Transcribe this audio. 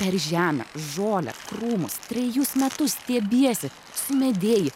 per žemę žolę krūmus trejus metus stiebiesi sumedėji